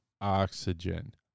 oxygen